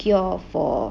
cure for